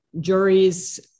Juries